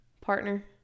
partner